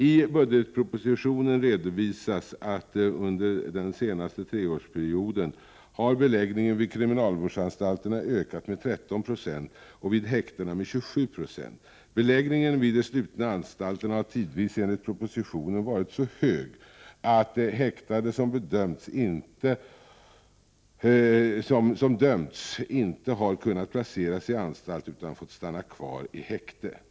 I budgetpropositionen redovisas att under den senaste tvåårsperioden har beläggningen vid kriminalvårdsanstalterna ökat med 13 96 och vid häktena med 27 2. Beläggningen vid de slutna riksanstalterna har tidvis enligt propositionen varit så hög att häktade som dömts inte har kunnat placeras i anstalt utan fått stanna kvar i häkte.